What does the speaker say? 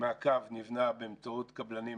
מהקו ניבנה באמצעות קבלנים